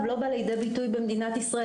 לא בא לידי ביטוי במדינת ישראל?